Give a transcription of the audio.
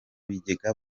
bigega